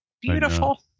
Beautiful